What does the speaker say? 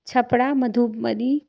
Chhapra Madhubani